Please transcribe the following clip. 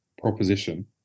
proposition